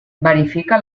verifica